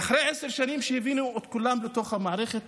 ואחרי עשר שנים הבאנו את כולם לתוך המערכת,